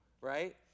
right